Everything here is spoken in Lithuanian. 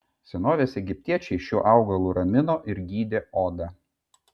senovės egiptiečiai šiuo augalu ramino ir gydė odą